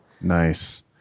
Nice